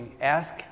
ask